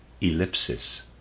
ellipsis